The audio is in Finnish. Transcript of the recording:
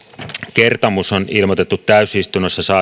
kertomus on ilmoitettu täysistunnossa